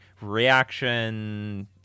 reaction